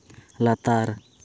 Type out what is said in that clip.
ᱞᱟᱛᱟᱨ